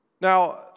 Now